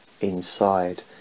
inside